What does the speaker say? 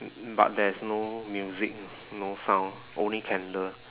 but there's no music no sound only candle